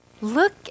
Look